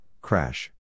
crash